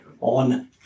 on